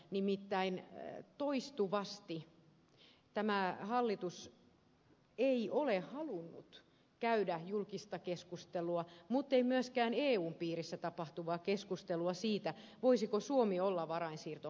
nimittäin toistuvasti tämä hallitus ei ole halunnut käydä julkista keskustelua mutta ei myöskään eun piirissä tapahtuvaa keskustelua siitä voisiko suomi olla varainsiirtoverossa mukana